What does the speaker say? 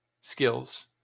skills